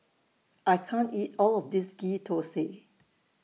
I can't eat All of This Ghee Thosai